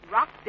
Rock